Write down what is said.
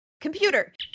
Computer